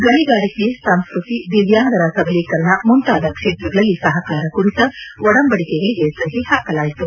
ಗಣಿಗಾರಿಕೆ ಸಂಸ್ಕೃತಿ ದಿವ್ವಾಂಗರ ಸಬಲೀಕರಣ ಮುಂತಾದ ಕ್ಷೇತ್ರಗಳಲ್ಲಿ ಸಹಕಾರ ಕುರಿತ ಒಡಂಬಡಿಕೆಗಳಿಗೆ ಸಹಿ ಪಾಕಲಾಯಿತು